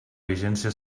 vigència